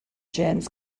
james